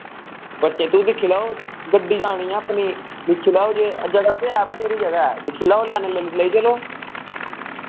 बच्चे तुस दिक्खी लाओ गड्डी जानी ऐ अपनी दिक्खी लाओ जे जगह ते ऐ बथ्हेरी जगह ऐ दिक्खी लैओ लैने लेने लेई चलो